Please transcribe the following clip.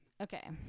Okay